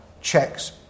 checks